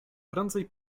prędzej